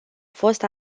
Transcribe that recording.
fost